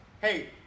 hey